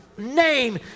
name